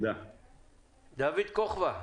דוד כוכבא,